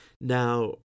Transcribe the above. Now